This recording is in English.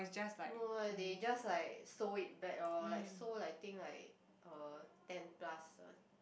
no eh they just like sow it back orh like sow like I think like uh ten plus one